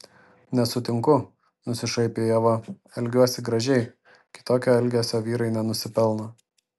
nesutinku nusišaipė ieva elgiuosi gražiai kitokio elgesio vyrai nenusipelno